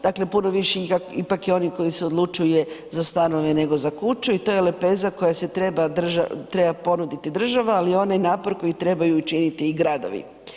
Dakle, puno više njih ipak je onih koji se odlučuje za stanove nego za kuću i to je lepeza koja treba ponuditi država, ali onaj napor koji trebaju učiniti i gradovi.